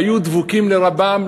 היו דבוקים לרבם,